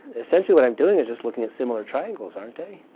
essentially what i'm doing is just looking at similar triangles, aren't i?